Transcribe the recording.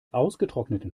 ausgetrockneten